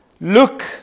Look